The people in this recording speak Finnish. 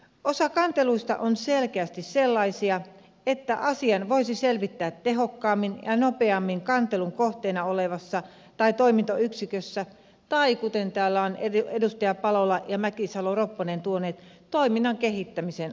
osa kanteluista on selkeästi sellaisia että asian voisi selvittää tehokkaammin ja nopeammin kantelun kohteena olevassa toimintayksikössä tai kuten täällä ovat edustajat palola ja mäkisalo ropponen tuoneet esille toiminnan kehittämisen ajatuksena